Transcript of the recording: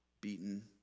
beaten